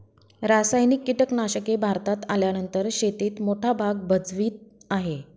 रासायनिक कीटनाशके भारतात आल्यानंतर शेतीत मोठा भाग भजवीत आहे